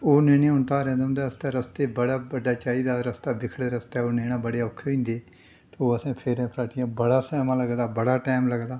ओह् लेने होन धारें तां उं'दे आस्तै रस्ते बड़ा बड्डा चाहिदा रस्ता बिखड़े रस्ते पर लेना बड़े औखे होई जंदे तो असें फेरें फराटियैं बड़ा समां लगदा बड़ा टैम लगदा